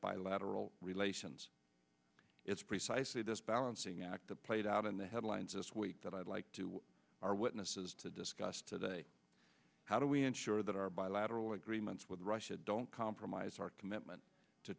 bilateral relations it's precisely this balancing act that played out in the headlines this week that i'd like to our witnesses to discuss today how do we ensure that our bilateral agreements with russia don't compromise our commitment to